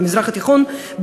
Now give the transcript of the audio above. למזרח התיכון,